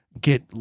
get